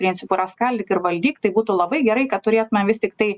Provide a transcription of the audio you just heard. principo yra skaldyk ir valdyk tai būtų labai gerai kad turėtumėme vis tiktai